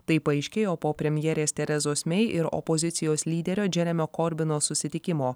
tai paaiškėjo po premjerės terezos mei ir opozicijos lyderio džeremio korbino susitikimo